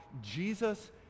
jesus